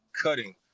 cutting